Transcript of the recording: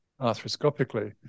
arthroscopically